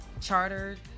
chartered